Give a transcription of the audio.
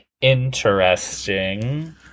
interesting